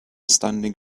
standing